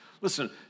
Listen